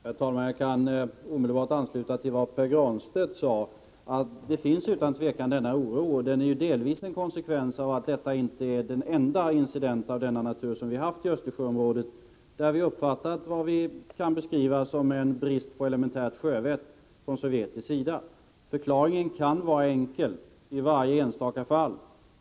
Herr talman! Jag kan omedelbart ansluta till vad Pär Granstedt sade. Denna oro finns utan tvivel, och den är delvis en konsekvens av att detta inte är den enda incident av denna natur som vi har haft i Östersjöområdet. Vi har där uppfattat vad vi kan beskriva som en brist på elementärt sjövett från sovjetisk sida. Förklaringen kan vara enkel i varje enstaka fall.